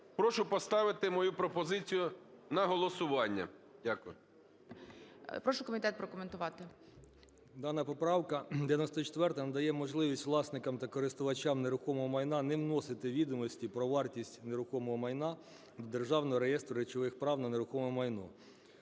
Прошу поставити мою пропозицію на голосування. Дякую. ГОЛОВУЮЧИЙ. Прошу комітет прокоментувати. 13:36:47 КУЛІНІЧ О.І. Дана поправка 94 надає можливість власникам та користувачам нерухомого майна не вносити відомості про вартість нерухомого майна до Державного реєстру речових прав на нерухоме майно.